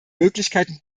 möglichkeiten